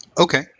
Okay